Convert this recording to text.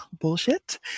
bullshit